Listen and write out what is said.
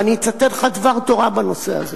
ואני אצטט לך דבר תורה בנושא הזה.